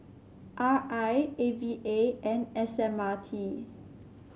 R I A V A and S M R T